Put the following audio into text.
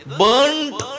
burnt